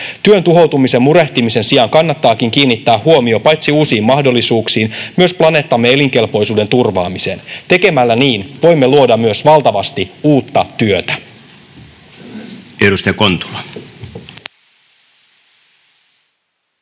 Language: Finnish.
Työn tuhoutumisen murehtimisen sijaan kannattaakin kiinnittää huomio paitsi uusiin mahdollisuuksiin myös planeettamme elinkelpoisuuden turvaamiseen. Tekemällä niin voimme luoda myös valtavasti uutta työtä.